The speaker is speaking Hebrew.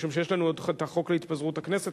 משום שיש לנו עוד החוק להתפזרות הכנסת